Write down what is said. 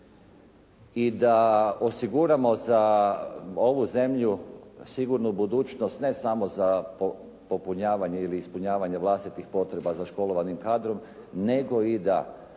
i da osiguramo za ovu zemlju sigurnu budućnost ne samo za popunjavanje ili ispunjavanje vlastitih potreba za školovanim kadrom, nego i da